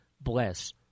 bless